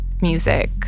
music